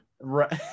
Right